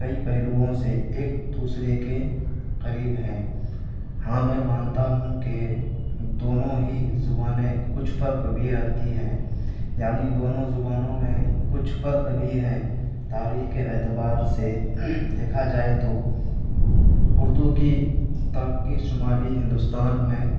کئی پہلوؤں سے ایک دوسرے کے قریب ہیں ہاں میں مانتا ہوں کہ دونوں ہی زبانیں کچھ فرق بھی رکھتی ہیں یعنی دونوں زبانوں میں کچھ فرق بھی ہیں تاریخ کے اعتبار سے دیکھا جائے تو اردو کی ترقی شمالی ہندوستان میں